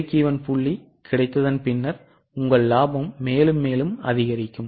break-even புள்ளி கிடைத்த பிறகு உங்கள் லாபம் மேலும் அதிகரிக்கும்